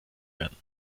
werden